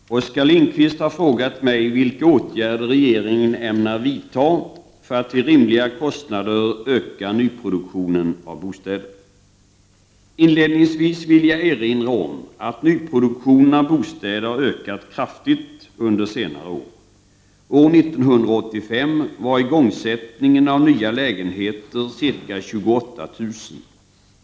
Fru talman! Oskar Lindkvist har frågat mig vilka åtgärder regeringen ämnar vidta för att till rimliga kostnader öka nyproduktionen av bostäder. Inledningsvis vill jag erinra om att nyproduktionen av bostäder har ökat kraftigt under senare år. År 1985 skedde igångsättning av ca 28 000 nya lägenheter.